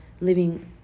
living